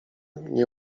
nie